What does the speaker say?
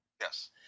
Yes